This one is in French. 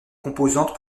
compositions